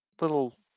little